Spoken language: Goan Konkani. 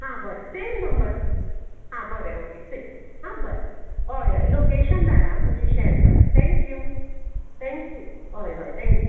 हां बरें सेम नंबर आं ओके बरें सेम आं बरें हय हय लोकेशन धाड हां तुमचे शेयर करा थँक्यू थँक्यू हय हय थँक्यू